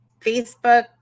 Facebook